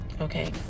okay